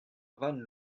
van